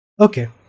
Okay